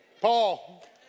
Paul